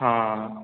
हां